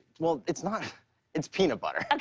well, it's not it's peanut butter. okay.